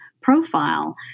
profile